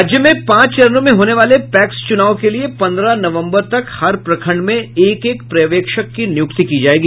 राज्य में पांच चरणों में होने वाले पैक्स चुनाव के लिये पंद्रह नवंबर तक हर प्रखंड में एक एक पर्यवेक्षक की नियुक्ति की जायेगी